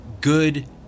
good